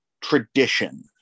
tradition